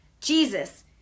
Jesus